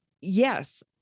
yes